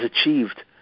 achieved